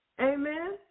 Amen